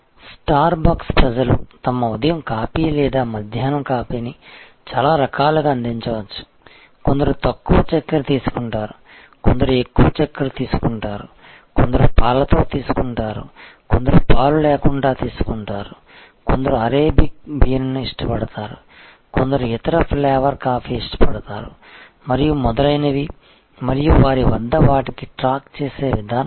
star bucks ప్రజలు తమ ఉదయం కాఫీ లేదా మధ్యాహ్నం కాఫీని చాలా రకాలుగా అందించవచ్చుకొందరు తక్కువ చక్కెర తీసుకుంటారు కొందరు ఎక్కువ చక్కెర తీసుకుంటారు కొందరు పాలతో తీసుకుంటారు కొందరు పాలు లేకుండా తీసుకుంటారు కొందరు అరేబిక్ బీన్ను ఇష్టపడతారు కొందరు ఇతర ఫ్లవర్ కాఫీ ఇష్టపడతారు మరియు మొదలైనవి మరియు వారి వద్ద వాటికి ట్రాక్ చేసే విధానం ఉంది